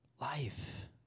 Life